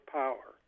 power